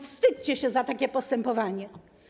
Wstydźcie się za takie postępowanie.